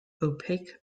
opaque